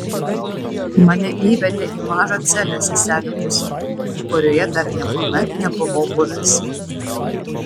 mane įvedė į mažą celę seselių pusėje kurioje dar niekuomet nebuvau buvęs